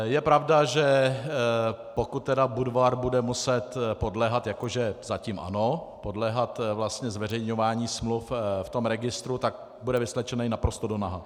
Je pravda, že pokud Budvar bude muset podléhat, jako že zatím ano, podléhat vlastně zveřejňování smluv v tom registru, tak bude vysvlečený naprosto donaha.